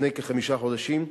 לפני כחמישה חודשים,